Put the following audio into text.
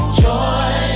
joy